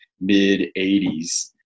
mid-80s